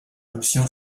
option